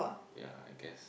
ya I guess